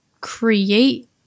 create